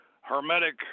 Hermetic